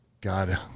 god